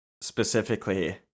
specifically